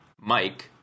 Mike